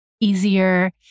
easier